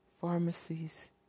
pharmacies